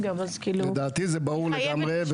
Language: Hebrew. יותר --- לדעתי, זה ברור לגמרי.